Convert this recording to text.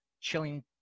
Chilling